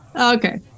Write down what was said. Okay